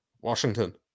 Washington